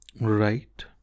Right